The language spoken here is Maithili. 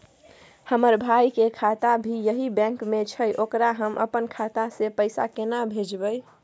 हमर भाई के खाता भी यही बैंक में छै ओकरा हम अपन खाता से पैसा केना भेजबै?